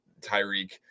Tyreek